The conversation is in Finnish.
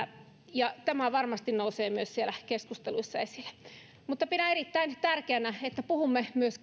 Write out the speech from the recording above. ja myös tämä varmasti nousee siellä keskusteluissa esille pidän erittäin tärkeänä että puhumme myös